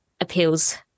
appeals